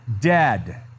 dead